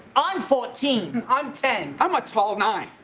i'm fourteen. i'm ten. i'm a tall nine.